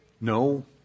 No